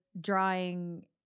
drawing